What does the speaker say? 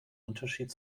unterschied